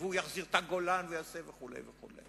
והוא יחזיר את הגולן והוא יעשה וכו' וכו'.